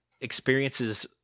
experiences